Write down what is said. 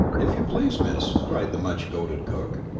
if you please, miss, cried the much-goaded cook,